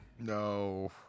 No